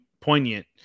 poignant